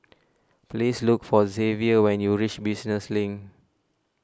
please look for Zavier when you reach Business Link